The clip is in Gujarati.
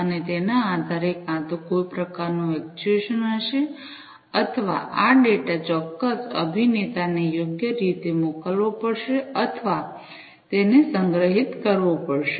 અને તેના આધારે કાં તો કોઈ પ્રકારનું એક્ચ્યુએશન હશે અથવા આ ડેટા ચોક્કસ અભિનેતાને યોગ્ય રીતે મોકલવો પડશે અથવા તેને સંગ્રહિત કરવો પડશે